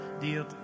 deal